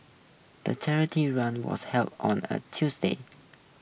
the charity run was held on a Tuesday